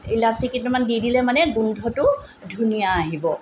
ইলাচী কেইটামান দি দিলে মানে গোন্ধটো ধুনীয়া আহিব